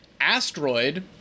Asteroid